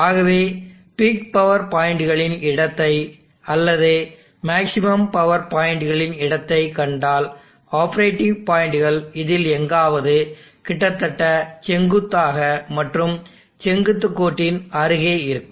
ஆகவே peak power பாயின்ட்டுகளின் இடத்தை அல்லது மேக்ஸிமம் பவர் பாயின்ட்டுகளின் இடத்தை கண்டால் ஆப்பரேட்டிங் பாயிண்டுகள் இதில் எங்காவது கிட்டத்தட்ட செங்குத்தாக மற்றும் செங்குத்து கோட்டின் அருகே இருக்கும்